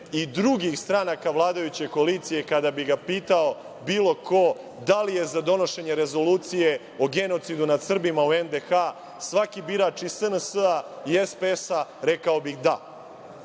i drugih stranaka vladajuće koalicije, kada bi ga pitao bilo ko da li je za donošenje rezolucije o genocidu nad Srbima u NDH, svaki birač iz SNS-a i SPS-a rekao bi da,